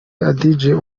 adjei